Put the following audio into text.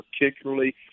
particularly